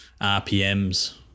RPMs